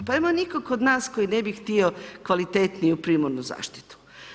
Pa nema nikog od nas koji ne bi htio kvalitetniju primarnu zaštitu.